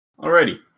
Alrighty